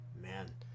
Man